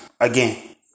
again